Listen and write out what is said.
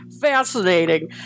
fascinating